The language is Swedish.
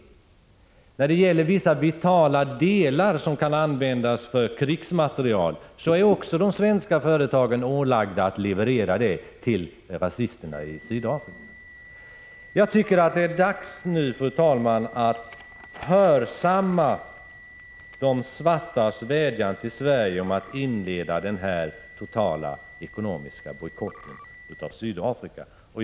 Svenska företag är även ålagda att till rasisterna i Sydafrika leverera vissa vitala delar som kan användas för framställning av krigsmateriel. Det är nu dags, fru talman, att hörsamma de svartas vädjan om att Sverige skall inleda den totala ekonomiska bojkotten av Sydafrika.